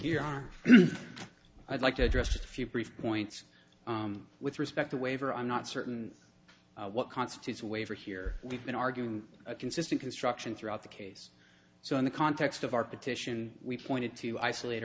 are i'd like to address a few brief points with respect to waiver i'm not certain what constitutes a waiver here we've been arguing a consistent construction throughout the case so in the context of our petition we pointed to isolat